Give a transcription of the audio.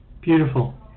Beautiful